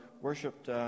worshipped